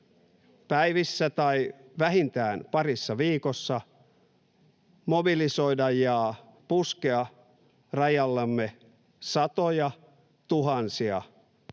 päivissä tai vähintään parissa viikossa mobilisoida ja puskea rajallemme satoja, tuhansia